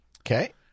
Okay